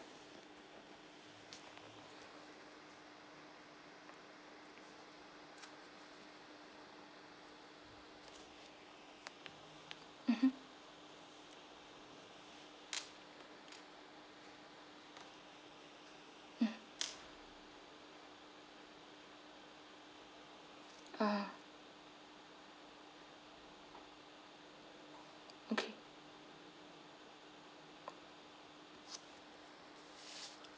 mmhmm mm ah okay